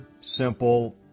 simple